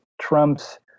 Trump's